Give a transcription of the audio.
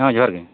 ᱦᱮᱸ ᱡᱚᱦᱟᱨ ᱜᱮ